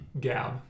gab